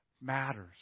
matters